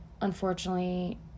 unfortunately